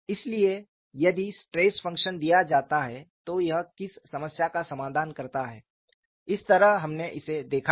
इसलिए यदि stress function दिया जाता है तो यह किस समस्या का समाधान करता है इस तरह हमने इसे देखा है